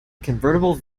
convertible